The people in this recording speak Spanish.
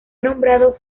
nombrado